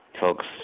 folks